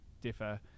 differ